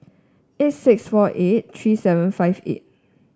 eight six four eight three seven five eight